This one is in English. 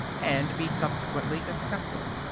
and be subsequently accepted.